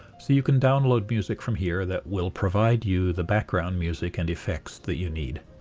so you can download music from here that will provide you the background music and effects that you need.